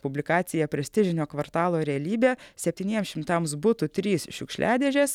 publikacija prestižinio kvartalo realybė septyniems šimtams butų trys šiukšliadėžės